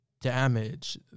damage